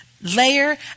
layer